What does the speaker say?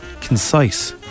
concise